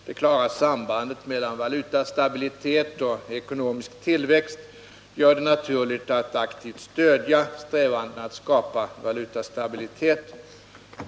Det klara sambandet mellan valutastabilitet och ekonomisk tillväxt gör det naturligt att aktivt stödja strävanden att skapa valutastabilitet.